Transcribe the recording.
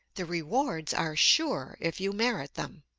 the rewards are sure if you merit them.